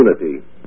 unity